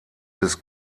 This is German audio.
bis